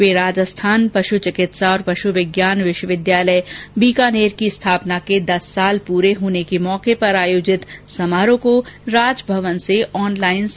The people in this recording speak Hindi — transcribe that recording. वे राजस्थान पश् चिकित्सा और पश् विज्ञान विश्वविद्यालय बीकानेर की स्थापना के दस साल पूरे होने के मौके पर आयोजित समारोह को राजभवन से ऑनलाइन संबोधित कर रहे थे